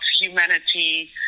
humanity